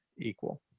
equal